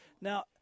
Now